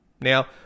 Now